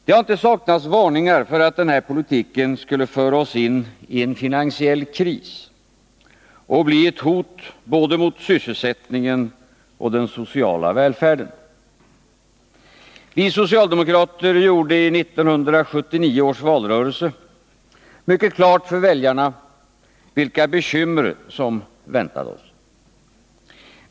Det har inte saknats varningar för att denna politik skulle föra oss in i en finansiell kris och bli ett hot både mot sysselsättningen och mot den sociala välfärden. Vi socialdemokrater gjorde i 1979 års valrörelse mycket klart för väljarna vilka bekymmer som väntade oss.